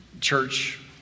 Church